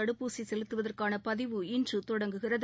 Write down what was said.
தடுப்பூசிசெலுத்துவதற்கானபதிவு இன்றுதொடங்குகிறது